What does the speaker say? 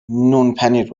نونپنیر